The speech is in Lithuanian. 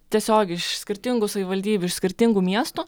tiesiog iš skirtingų savivaldybių iš skirtingų miestų